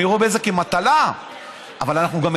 אני רואה בזה מטלה,